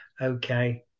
Okay